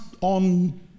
on